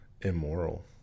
immoral